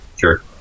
Sure